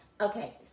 Okay